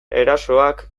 erasoak